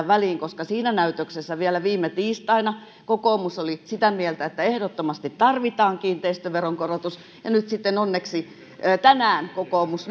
väliin koska siinä näytöksessä vielä viime tiistaina kokoomus oli sitä mieltä että ehdottomasti tarvitaan kiinteistöveron korotus ja nyt sitten onneksi tänään kokoomus